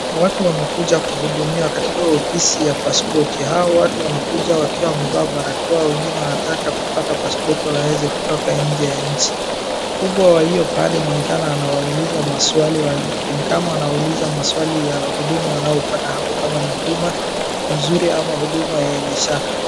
Watu wamekuja kuhudumiwa katika ofisi ya pasipoti. Hawa watu wanakuja wakiwa wamevaa barakoa, wengine wanataka kupata pasipoti waeze kutoka nje ya nchi. Mkubwa wa hio pahali inaonekana anawauliza maswali, ni kama anawauliza maswali ya huduma wanaopata hapo kama ni huduma mzuri ama huduma yenye shaka.